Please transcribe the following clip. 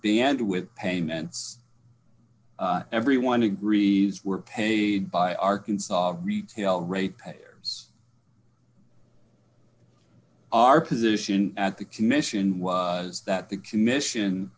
ended with payments everyone agrees were paid by arkansas retail rate payers our position at the commission was that the commission